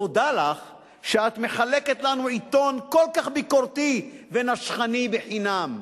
תודה לך שאת מחלקת לנו עיתון כל כך ביקורתי ונשכני חינם.